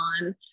on